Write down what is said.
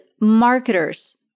marketers